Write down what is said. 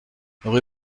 rue